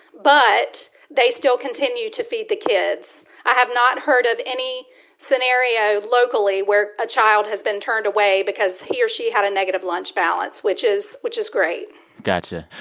but they still continue to feed the kids. i have not heard of any scenario locally where a child has been turned away because he or she had a negative lunch balance, which is which is great got you.